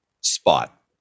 spot